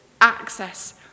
access